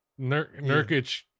Nurkic